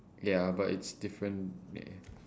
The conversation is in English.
ya but it's different leh